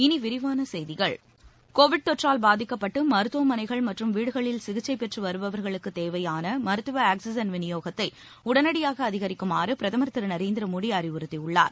இனி விரிவான செய்திகள் கோவிட் தொற்றால் பாதிக்கப்பட்டு மருத்துவமனைகள் மற்றும் வீடுகளில் சிகிச்சை பெற்று வருபவர்களுக்கு தேவையான மருத்துவ ஆக்ஸிஜன் விநியோகத்தை உடனடியாக அதிகரிக்குமாறு பிரதமர் திரு நரேந்திர மோடி அறிவுறுத்தியுள்ளார்